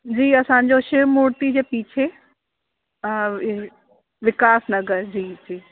जी असांजो शिव मूर्ति जे पीछे विकास नगर जी जी